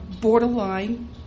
borderline